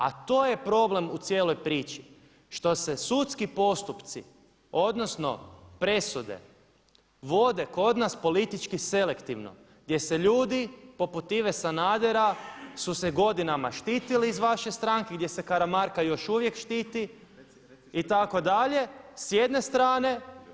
A to je problem u cijeloj priči što se sudski postupci odnosno presude vode kod nas politički selektivno gdje se ljudi poput Ive Sanadera su se godinama štitili iz vaše stranke, gdje se Karamarka još uvijek štiti itd. s jedne strane.